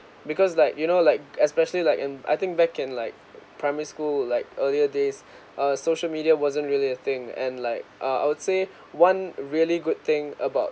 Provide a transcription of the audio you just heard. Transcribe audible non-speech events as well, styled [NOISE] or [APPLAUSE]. because like you know like especially like am I think back in like primary school like earlier days [BREATH] uh social media wasn't really a thing and like uh I would say one really good thing about